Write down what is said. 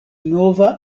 nova